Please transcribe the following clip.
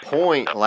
point